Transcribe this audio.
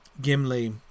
Gimli